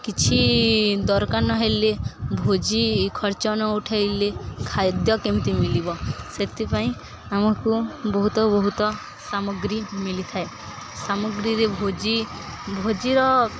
କିଛି ଦରକାର ନ ହେଲେ ଭୋଜି ଖର୍ଚ୍ଚ ନ ଉଠେଇଲେ ଖାଦ୍ୟ କେମିତି ମିଳିବ ସେଥିପାଇଁ ଆମକୁ ବହୁତ ବହୁତ ସାମଗ୍ରୀ ମିଳିଥାଏ ସାମଗ୍ରୀରେ ଭୋଜି ଭୋଜିର